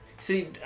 See